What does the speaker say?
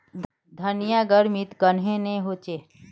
धनिया गर्मित कन्हे ने होचे?